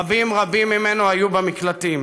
רבים רבים ממנו היו במקלטים.